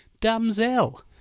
Damsel